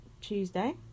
Tuesday